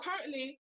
currently